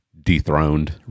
dethroned